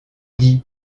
dit